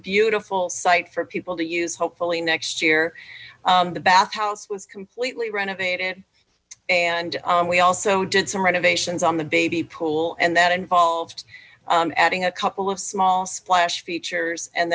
beautiful site for people to use hopefully next year the bath was completely renovated and we also did some renovations on the baby pool and that involved adding a couple of small splash features and